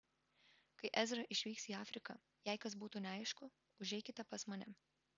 kai ezra išvyks į afriką jei kas būtų neaišku užeikite pas mane